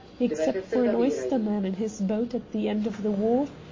except for an oyster-man in his boat at the end of the wharf,